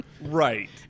Right